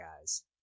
guys